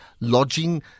lodging